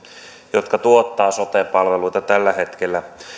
jotka tuottavat sote palveluita tällä hetkellä